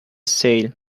sail